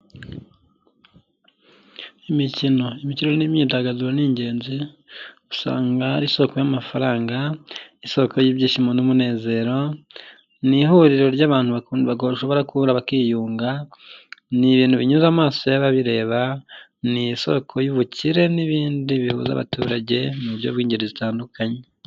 imikino, imikino n'imyidagaduro ni ingenzi, usanga ari isoko y'amafaranga, isoko y'ibyishimo n'umunezero, ni ihuriro ry'abantu bashobora guhurs bakiyunga, ni ibintu binyuze amaso y'ababireba, ni isoko y'ubukire n'ibindi bihuza abaturage m buryo bw'ingeri zitandukanye.